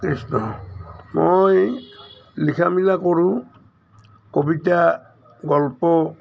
কৃষ্ণ মই লিখা মেলা কৰোঁ কবিতা গল্প